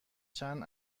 چند